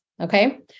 okay